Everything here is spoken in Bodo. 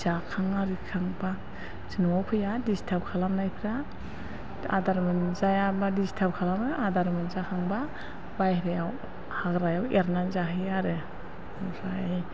जाखां आरिखांब्ला न'आव फैया डिस्टार्ब खालामनायफ्रा आदार मोनजायाब्ला डिस्टार्ब खालामो आदार मोनजाखांब्ला बाहेरायाव हाग्रायाव एरनानै जाहैयो आरो ओमफ्राय